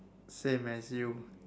same as you